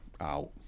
out